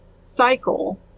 cycle